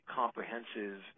comprehensive